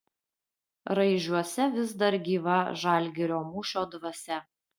raižiuose vis dar gyva žalgirio mūšio dvasia